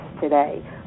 today